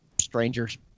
stranger's